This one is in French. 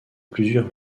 plusieurs